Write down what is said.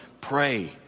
pray